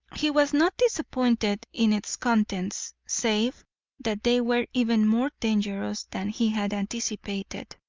he was not disappointed in its contents, save that they were even more dangerous than he had anticipated.